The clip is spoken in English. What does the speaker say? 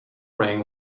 rang